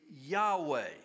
Yahweh